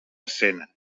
escena